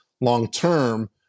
long-term